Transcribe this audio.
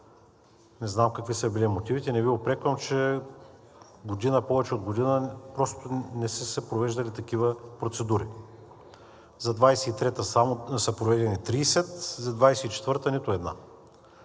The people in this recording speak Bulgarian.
не знам какви са били мотивите, не ви упреквам, че година, повече от година, просто не са се провеждали такива процедури. За 2023 г. са проведени само трийсет, за 2024 г. нито една.